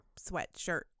sweatshirt